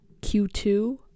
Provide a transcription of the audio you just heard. q2